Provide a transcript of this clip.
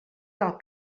del